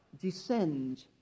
Descend